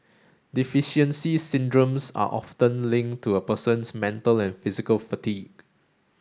deficiency syndromes are often linked to a person's mental and physical fatigue